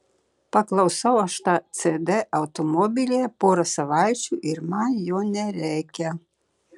paklausau aš tą cd automobilyje pora savaičių ir man jo nereikia